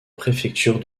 préfecture